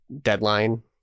deadline